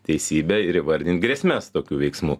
teisybę ir įvardinti grėsmes tokių veiksmų